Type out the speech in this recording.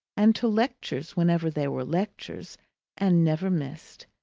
and to lectures whenever there were lectures and never missed.